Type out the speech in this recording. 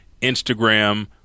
Instagram